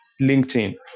LinkedIn